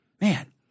man